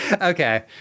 okay